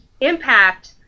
impact